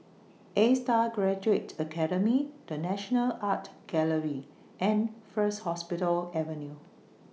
A STAR Graduate Academy The National Art Gallery and First Hospital Avenue